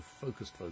focused